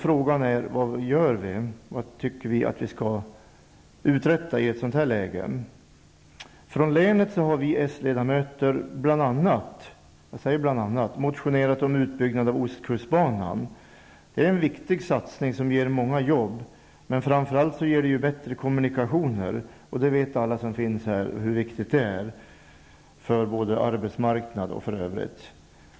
Frågan är: Vad gör vi, vad tycker vi att vi skall uträtta i ett sådant här läge? Från länet har vi socialdemokratiska ledamöter bl.a. -- jag säger bl.a. -- motionerat om en utbyggnad av ostkustbanan. Det är en viktig satsning som ger många jobb, men framför allt ger den bättre kommunikationer, och alla här i kammaren vet hur viktigt det är både för arbetsmarknaden och i övrigt.